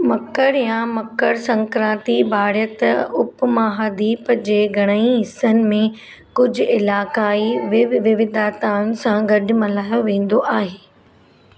मकर या मकर संक्रांति भारयत उपमहादीप जे घणई हिसनि में कुझु इलाक़ाई विव विविधताउनि सां गॾु मल्हायो वेंदो आहे